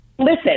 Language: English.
Listen